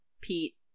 pete